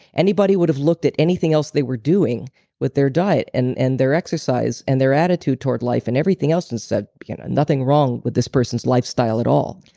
anybody would have looked at anything else they were doing with their diet and and their exercise and their attitude toward life and everything else, and said nothing wrong with this person's lifestyle at all.